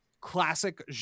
classic